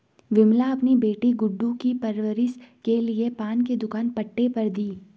विमला अपनी बेटी गुड्डू की परवरिश के लिए पान की दुकान पट्टे पर दी